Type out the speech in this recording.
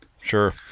sure